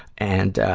and, ah,